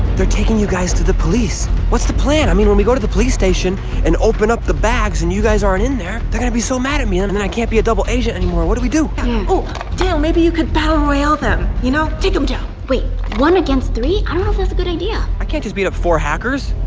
they're taking you guys to the police. what's the plan? i mean when we go to the police station and open up the bags and you guys aren't in there they're gonna be so mad at me and then i can't be a double agent anymore. what do we do oh deal maybe you could tell them, you know, take them down. wait one against three. i was a good idea i can't just beat up for hackers.